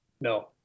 No